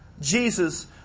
Jesus